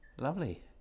Lovely